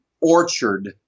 orchard